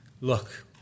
Look